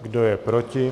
Kdo je proti?